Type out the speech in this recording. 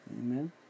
Amen